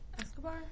Escobar